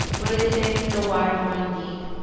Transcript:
what do they say? still waters run deep.